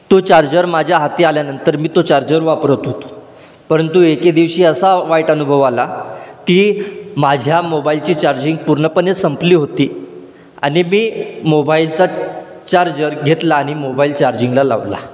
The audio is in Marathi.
तो चार्जर माझ्या हाती आल्यानंतर मी तो चार्जर वापरत होतो परंतु एके दिवशी असा वाईट अनुभव आला की माझ्या मोबाईलची चार्जिंग पूर्णपणे संपली होती आणि मी मोबाईलचा चार्जर घेतला आणि मोबाईल चार्जिंगला लावला